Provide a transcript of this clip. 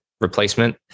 replacement